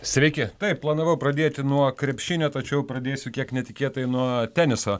sveiki taip planavau pradėti nuo krepšinio tačiau pradėsiu kiek netikėtai nuo teniso